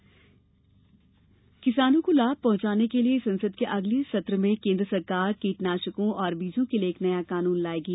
किसान कीटनाशक किसानों को लाभ पहुंचाने के लिए संसद के अगले सत्र में केन्द्र सरकार कीटनाशकों और बीजों के लिए एक नया कानून लायेंगे